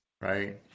right